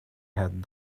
had